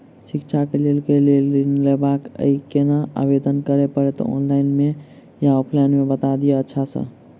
शिक्षा केँ लेल लऽ ऋण लेबाक अई केना आवेदन करै पड़तै ऑनलाइन मे या ऑफलाइन मे बता दिय अच्छा सऽ?